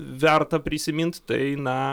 verta prisiminti tai na